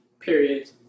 period